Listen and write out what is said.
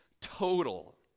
total